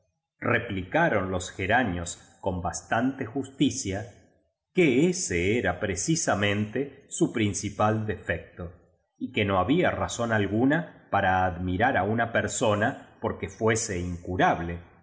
replicaron los geranios con bastante justicia que ése era precisamente su principal defecto y que no había razón alguna para admirar á una persona porque fuese incurable